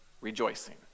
rejoicing